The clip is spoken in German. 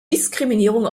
diskriminierung